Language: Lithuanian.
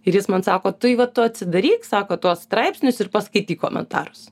ir jis man sako tai va tu atsidaryk sako tuos straipsnius ir paskaityk komentarus